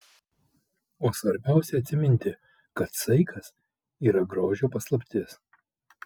o svarbiausia atsiminti kad saikas yra grožio paslaptis